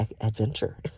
adventure